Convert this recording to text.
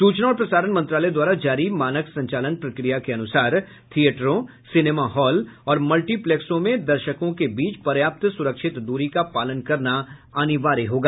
सूचना और प्रसारण मंत्रालय द्वारा जारी मानक संचालन प्रक्रिया के अनुसार थियेटरों सिनेमाहॉल और मल्टीप्लेक्सों में दर्शकों के बीच पर्याप्त सुरक्षित दूरी का पालन करना अनिवार्य होगा